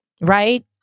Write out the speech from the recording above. right